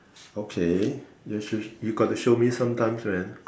okay you should you got to show me sometimes man